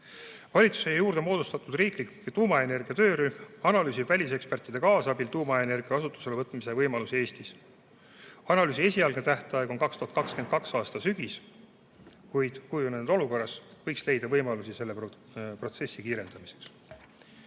juurde moodustatud riiklik tuumaenergia töörühm analüüsib välisekspertide kaasabil tuumaenergia kasutuselevõtu võimalusi Eestis. Analüüsi esialgne tähtaeg on 2022. aasta sügis, kuid kujunenud olukorras võiks leida võimalusi selle protsessi kiirendamiseks.